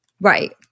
Right